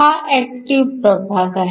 हा ऍक्टिव्ह प्रभाग आहे